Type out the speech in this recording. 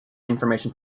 information